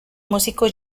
músico